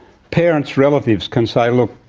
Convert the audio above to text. parents, relatives can say, look,